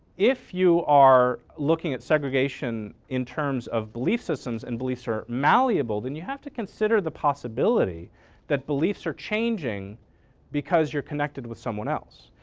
if you are looking at segregation in terms of belief systems and beliefs are malleable then you have to consider the possibility that beliefs are changing because you're connected with someone else.